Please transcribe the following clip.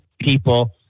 people